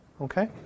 Okay